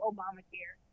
Obamacare